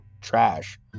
trash